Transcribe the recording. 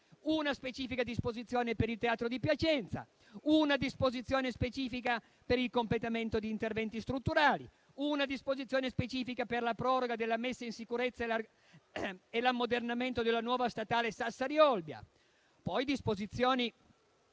una specifica disposizione per il Teatro di Piacenza; una disposizione specifica per il completamento di interventi strutturali; una disposizione specifica per la proroga della messa in sicurezza e l'ammodernamento della nuova statale Sassari-Olbia; disposizioni